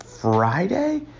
Friday